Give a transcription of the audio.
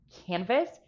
canvas